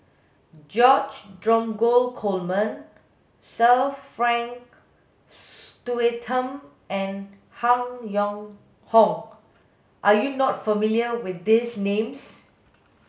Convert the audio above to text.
George Dromgold Coleman Sir Frank Swettenham and Han Yong Hong are you not familiar with these names